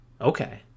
Okay